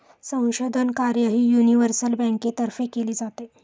संशोधन कार्यही युनिव्हर्सल बँकेतर्फे केले जाते